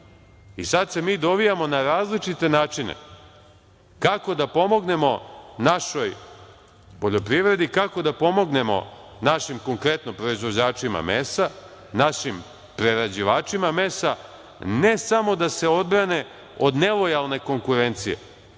važi. Sad se mi dovijamo na različite načine kako da pomognemo našoj poljoprivredi, kako da pomognemo našim konkretno proizvođačima mesa, našim prerađivačima mesa, ne samo da se odbrane od nelojalne konkurencije,